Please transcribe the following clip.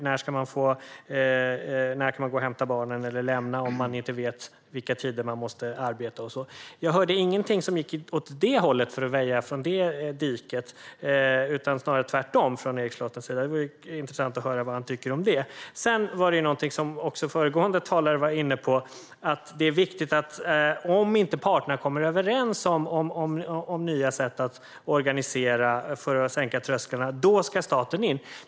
När kan man lämna och hämta barnen om man inte vet vilka tider man måste arbeta? Jag hörde ingenting som gick åt det hållet när det handlar om att kunna väja från diket utan snarare tvärtom från Erik Slottners sida. Det vore intressant att höra vad han tycker om det. Sedan var det någonting som också föregående talare var inne på, nämligen att det är viktigt att staten ska in om parterna inte kommer överens om nya sätt att sänka trösklarna.